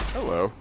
Hello